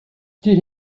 still